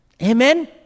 Amen